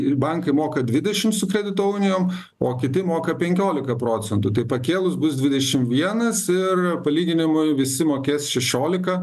ir bankai moka dvidešim su kredito unijom o kiti moka penkiolika procentų tai pakėlus bus dvidešim vienas ir palyginimui visi mokės šešiolika